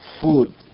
food